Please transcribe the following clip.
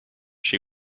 she